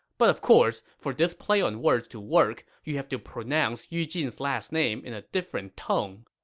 but of course, for this play on words to work, you have to pronounce yu jin's last name in a different tone,